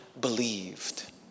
believed